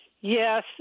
Yes